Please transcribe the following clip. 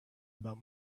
about